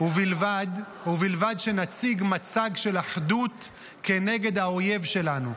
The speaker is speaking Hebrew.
ובלבד שנציג מצג של אחדות נגד האויב שלנו,